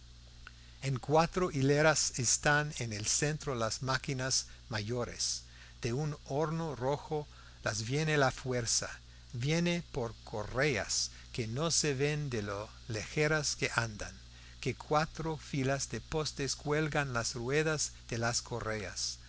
en cuatro hileras están en el centro las máquinas mayores de un horno rojo les viene la fuerza viene por correas que no se ven de lo ligeras que andan de cuatro filas de postes cuelgan las ruedas de las correas